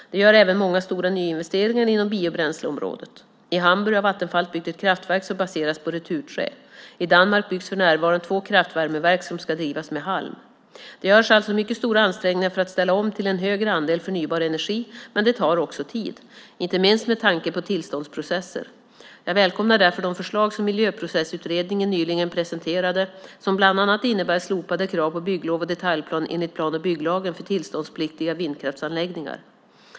De gör även många stora nyinvesteringar inom biobränsleområdet. I Hamburg har Vattenfall byggt ett kraftverk som baseras på returträ. I Danmark byggs för närvarande två kraftvärmeverk som ska drivas med halm. Det görs alltså mycket stora ansträngningar för att ställa om till en högre andel förnybar energi - men det tar också tid, inte minst med tanke på tillståndsprocesser. Jag välkomnar därför de förslag som Miljöprocessutredningen nyligen presenterade som bland annat innebär slopade krav på bygglov och detaljplan enligt plan och bygglagen för tillståndspliktiga vindkraftsanläggningar.